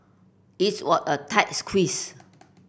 its were a tight squeeze